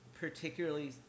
particularly